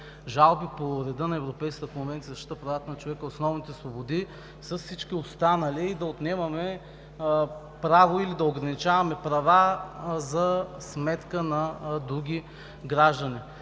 жалби по реда на Европейската конвенция за защита правата на човека и основните свободи, с всички останали и да отнемаме право или да ограничаваме права за сметка на други граждани.